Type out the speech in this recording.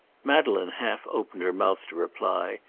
madeleine half opened her mouth to reply,